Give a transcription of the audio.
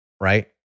right